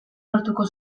lortuko